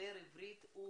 שמדבר עברית הוא